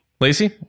Lacey